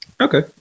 Okay